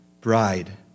bride